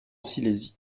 silésie